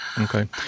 Okay